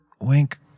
wink